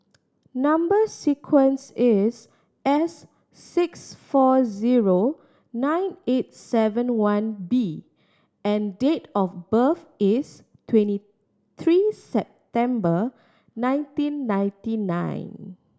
number sequence is S six four zero nine eight seven one B and date of birth is twenty three September nineteen ninety nine